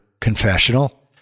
Confessional